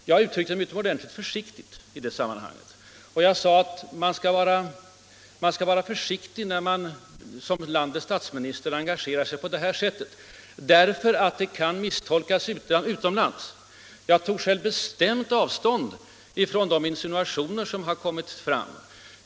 Jag uttryckte mig utomordentligt balanserat och framhöll att man skall vara försiktig när man som landets statsminister engagerar sig på det sättet, därför att det kan misstolkas utomlands. Jag tog själv bestämt avstånd från de insinuationer som hade kommit fram.